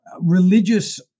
religious